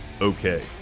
okay